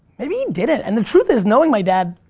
maybe he didn't and the truth is, knowing my dad,